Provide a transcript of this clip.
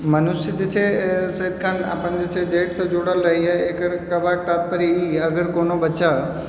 मनुष्य जे छै से सदिखन अपन जड़िसँ जुड़ल रहैए एकर कहबाक तात्पर्य ई अगर कोनो बच्चा